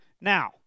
Now